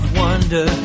wonder